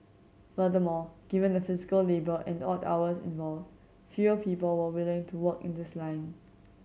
furthermore given the physical labour and odd hours involved fewer people were willing to work in this line